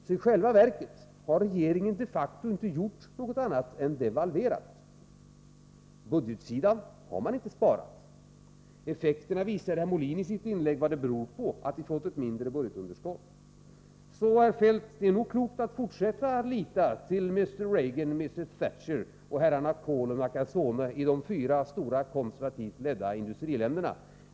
I själva verket har regeringen de facto inte gjort något annat än att devalvera. Man har inte sparat något på budgetsidan. Björn Molin visade i sitt inlägg vad det beror på att vi har fått mindre budgetunderskott. Det är nog, herr Feldt, klokt att fortsätta lita till Mr. Reagan, Mrs. Thatcher och herrarna Kohl och Nakasona i de fyra stora konservativt ledda industriländerna.